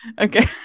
Okay